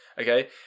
Okay